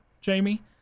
Jamie